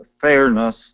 fairness